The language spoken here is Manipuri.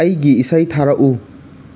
ꯑꯩꯒꯤ ꯏꯁꯩ ꯊꯥꯔꯛꯎ